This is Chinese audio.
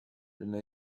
人类